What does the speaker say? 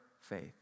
faith